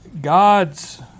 God's